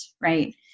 Right